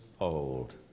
old